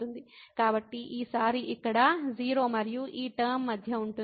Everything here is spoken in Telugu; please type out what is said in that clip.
కాబట్టి ఈసారి ఇక్కడ 0 మరియు ఈ టర్మ మధ్య ఉంటుంది